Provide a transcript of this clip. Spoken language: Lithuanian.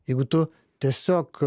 jeigu tu tiesiog